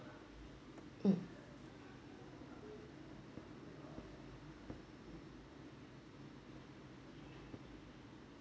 mm